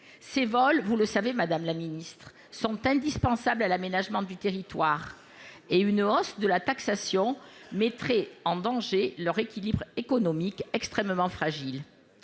du tout. Vous le savez, madame la ministre, ces vols sont indispensables à l'aménagement du territoire et une hausse de la taxation mettrait en danger leur équilibre économique, extrêmement fragile.